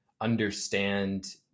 understand